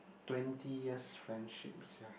twenty years friendship sia